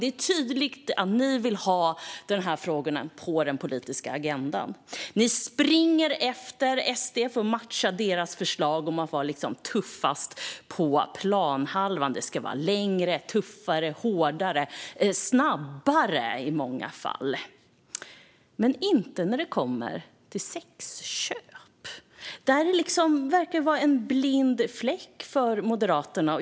Det är tydligt att ni vill ha dessa frågor på den politiska agendan. Ni springer efter SD för att matcha deras förslag och vara tuffast på planhalvan. Det ska vara längre, tuffare, hårdare och snabbare i många fall - men inte när det handlar om sexköp. Det verkar vara en blind fläck för Moderaterna.